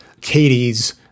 Katie's